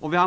3.